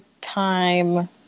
time